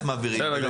ברגע שזה יהיה,